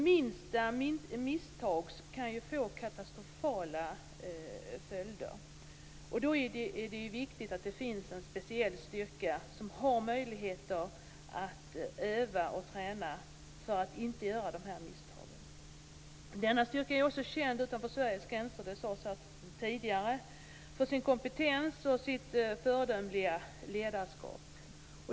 Minsta misstag kan ju få katastrofala följder, och det är då viktigt att det finns en speciell styrka, som har möjligheter att öva och träna för att inte göra misstag. Styrkan är känd utanför Sveriges gränser, som sagts här tidigare, för sin kompetens och för sitt föredömliga ledarskap.